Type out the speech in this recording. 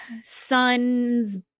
son's